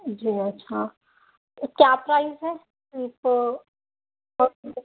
جی ہاں کیا پرائز ہے